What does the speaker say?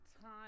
time